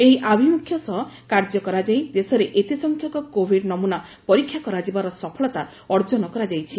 ଏହି ଆଭିମୁଖ୍ୟ ସହ କାର୍ଯ୍ୟ କରାଯାଇ ଦେଶରେ ଏତେସଂଖ୍ୟକ କୋଭିଡ ନମ୍ଭନା ପରୀକ୍ଷା କରାଯିବାର ସଫଳତା ଅର୍ଜନ କରାଯାଇଛି